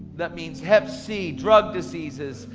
that means hep c, drug diseases,